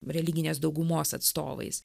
religinės daugumos atstovais